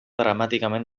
dramàticament